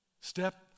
Step